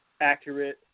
accurate